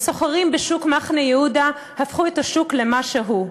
הסוחרים בשוק מחנה-יהודה הפכו את השוק למה שהוא,